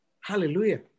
Hallelujah